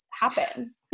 happen